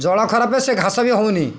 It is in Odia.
ଜଳ ଖରାପେ ସେ ଘାସ ବି ହଉନି